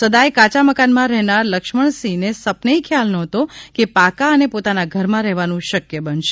સદાય કાચા મકાનમાં રહેનાર લક્ષ્મણસિંહ ને સપને ય ખ્યાલ નહોતો કે પાક્કા અને પોતાના ઘર માં રહેવાનુ શક્ય બનશે